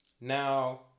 Now